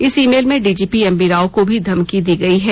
इस email में DGP MV Rao को भी धमकी दी गई है